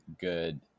good